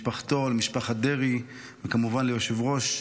אדוני היושב-ראש,